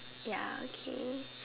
ya okay